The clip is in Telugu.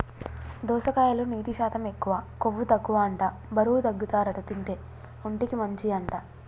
దోసకాయలో నీటి శాతం ఎక్కువ, కొవ్వు తక్కువ అంట బరువు తగ్గుతారట తింటే, ఒంటికి మంచి అంట